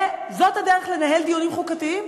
זאת הדרך לנהל דיונים חוקתיים?